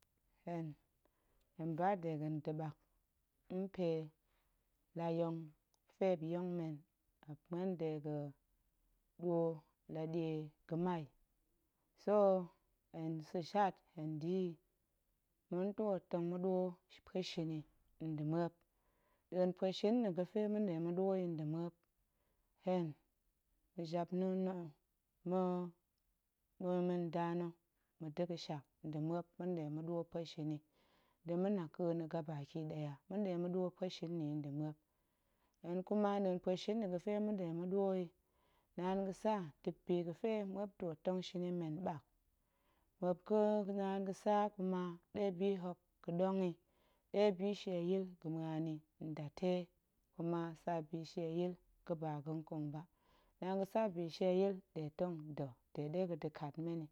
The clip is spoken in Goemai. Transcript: Hen, hen ba dega̱n nda̱ ɓak mpe la yong fe muop yong men muop muen dega̱ ɗwo la ɗie ga̱mai, so hen sa̱ shat hen da̱ yi, ma̱n ntwoot tong ma̱ɗwo pueshin yi nda̱ muop, nɗa̱a̱n pueshin na̱ ga̱pe ma̱nɗe ma̱ɗwo yi nda̱ muop, hen ma̱japna̱a̱n na̱, ma̱ ma̱nda na̱ ma̱da̱ ga̱shak nda̱ muop ma̱nɗe ma̱ɗwo pueshin yi nda̱ ma̱naƙa̱a̱ na̱ gaba ki ɗaya, ma̱nɗe ma̱ɗwo pueshin yi nda̱ muop, hen kuma nɗa̱a̱n pueshin nna̱ gəfe ma̱nɗe ma̱ɗwo yi, naan ga̱sa dip bi ga̱fe muop ntwoot tong shin yi mmen ɓak, muop ga̱ naan ga̱sa kuma ɗe bihok ga̱ɗong yi, ɗe bishieyil ga̱ muan yi ndate, kuma sa bishieyil ga̱ba ga̱nƙong ba, naan ga̱sa bishieyil nɗe tong nda̱ de ɗe ga̱da̱ kat men yi.